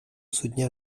soutenir